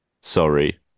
sorry